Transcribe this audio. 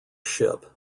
ship